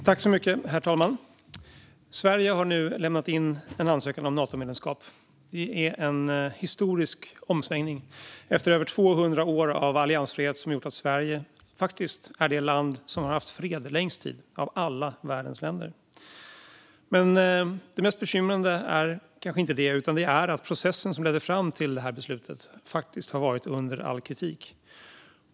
Herr talman! Sverige har nu lämnat in en ansökan om Natomedlemskap. Det är en historisk omsvängning efter över 200 år av alliansfrihet som gjort att Sverige faktiskt är det land som har haft fred längst tid av alla världens länder. Men det mest bekymrande är kanske inte det utan att processen som ledde fram till beslutet har varit under all kritik.